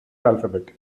alphabet